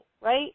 right